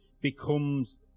becomes